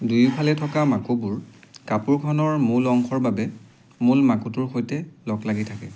দুয়োফালে থকা মাকোবোৰ কাপোৰখনৰ মূল অংশৰ বাবে মূল মাকোটোৰ সৈতে লগ লাগি থাকে